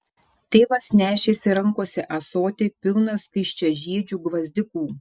tėvas nešėsi rankose ąsotį pilną skaisčiažiedžių gvazdikų